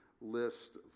list